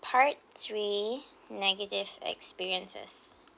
part three negative experiences